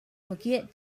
forget